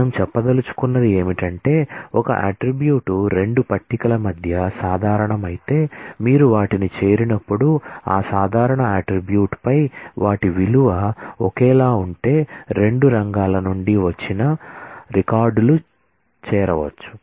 మనం చెప్పదలచుకున్నది ఏమిటంటే ఒక అట్ట్రిబ్యూట్ రెండు టేబుల్ల మధ్య సాధారణమైతే మీరు వాటిని చేరినప్పుడు ఆ సాధారణ అట్ట్రిబ్యూట్ పై వాటి విలువ ఒకేలా ఉంటే రెండు రంగాల నుండి వచ్చిన రికార్డులు చేరవచ్చు